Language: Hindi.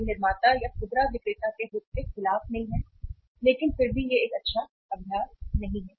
यह निर्माता या खुदरा विक्रेता के हित के खिलाफ नहीं है लेकिन फिर भी यह एक अच्छा अभ्यास नहीं है